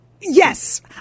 Yes